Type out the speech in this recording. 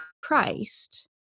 Christ